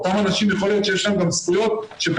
אותם אנשים יכול להיות שיש להם גם זכויות שפשוט